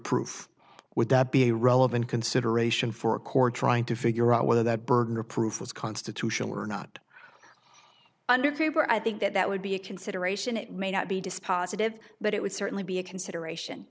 proof would that be a relevant consideration for a court trying to figure out whether that burden of proof was constitutional or not under the paper i think that that would be a consideration it may not be dispositive but it would certainly be a consideration